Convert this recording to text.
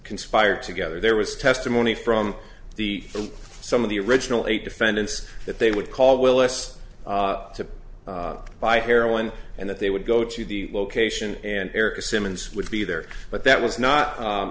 conspired together there was testimony from the some of the original eight defendants that they would call willis to buy heroin and that they would go to the location and erica simmons would be there but that was not